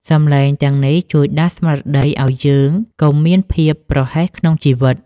សំឡេងទាំងនេះជួយដាស់ស្មារតីឱ្យយើងកុំមានភាពប្រហែសក្នុងជីវិត។